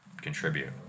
contribute